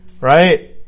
Right